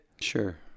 sure